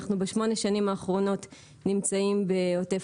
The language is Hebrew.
בשמונה השנים האחרונות אנחנו נמצאים בעוטף